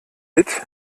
bit